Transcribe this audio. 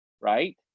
right